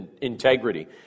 integrity